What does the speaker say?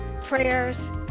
prayers